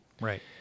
Right